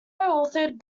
authored